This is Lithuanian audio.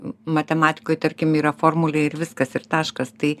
matematikoj tarkim yra formulė ir viskas ir taškas tai